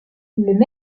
maire